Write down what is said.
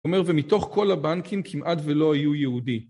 הוא אומר, ומתוך כל הבנקים כמעט ולא היו יהודי.